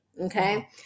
Okay